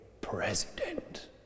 president